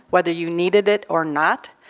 whether you needed it or not,